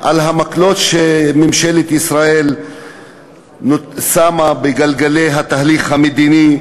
המקלות שממשלת ישראל שמה בגלגלי התהליך המדיני,